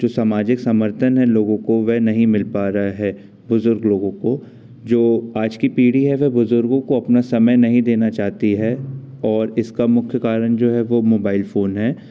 जो सामाजिक समर्थन है लोगों को वह नहीं मिल पा रहा है बुजुर्ग लोगों को जो आज की पीढ़ी है वह बुजुर्गों को अपना समय नहीं देना चाहती है और इसका मुख्य कारण जो है वो मोबैल फोन है